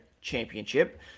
Championship